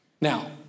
Now